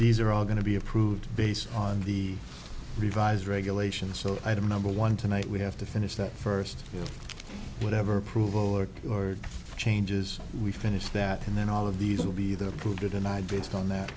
these are all going to be approved based on the revised regulations so item number one tonight we have to finish that first whatever approval or or changes we finish that and then all of these will be there for good and i based on that